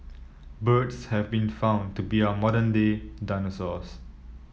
birds have been found to be our modern day dinosaurs